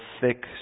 thick